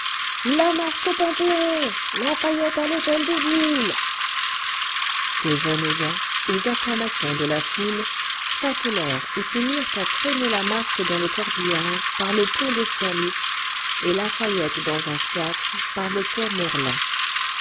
lamarque au panthéon lafayette à l'hôtel de ville des jeunes gens aux acclamations de la foule s'attelèrent et se mirent à traîner lamarque dans le corbillard par le pont d'austerlitz et lafayette dans un fiacre par le quai morland